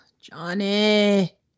Johnny